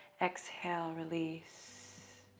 exhale, release.